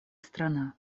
страна